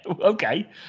okay